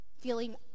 feeling